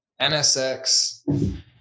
NSX